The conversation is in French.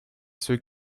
ceux